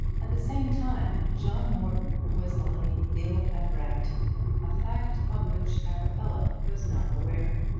at the same time john morton was lying ill at bragton a fact of which arabella was not aware.